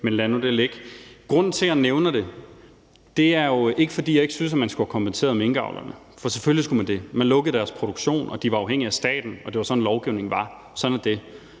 Men lad nu det ligge. Grunden til, at jeg nævner det, er jo ikke, at jeg ikke synes, at man skulle have kompenseret minkavlerne, for selvfølgelig skulle man det. Man lukkede deres produktion, og de var afhængige af staten, og det var sådan, lovgivningen var. Sådan er det.